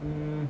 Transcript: mm